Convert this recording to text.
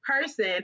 person